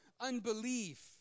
unbelief